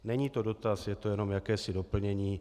Není to dotaz, je to jenom jakési doplnění.